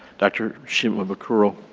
dr. shimabukuro.